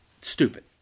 stupid